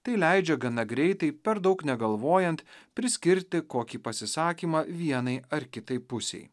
tai leidžia gana greitai per daug negalvojant priskirti kokį pasisakymą vienai ar kitai pusei